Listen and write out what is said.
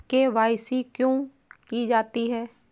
KYC क्यों की जाती है?